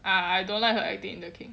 I don't like her acting in the king